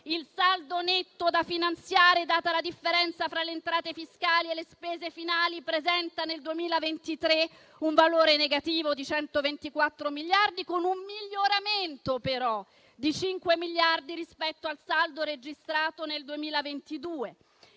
il saldo netto da finanziare, data la differenza fra le entrate fiscali e le spese finali, nel 2023 presenta un valore negativo di 124 miliardi, con un miglioramento, però, di 5 miliardi rispetto al saldo registrato nel 2022.